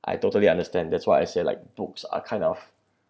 I totally understand that's why I say like books are kind of